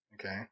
Okay